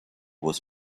was